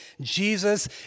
Jesus